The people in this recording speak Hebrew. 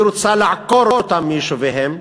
היא רוצה לעקור אותם מיישוביהם,